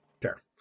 Fair